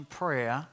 prayer